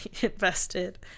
invested